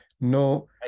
no-